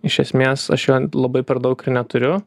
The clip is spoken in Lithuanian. iš esmės aš jo labai per daug ir neturiu